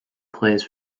plays